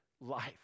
life